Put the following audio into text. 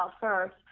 first